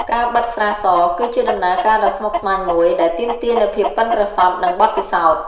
ការបិតស្រាស គឺជាដំណើរការដ៏ស្មុគស្មាញមួយ ដែលទាមទារនូវភាពប៉ិនប្រសប់ និងបទពិសោធន៍។